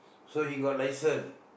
so he got license